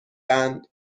اند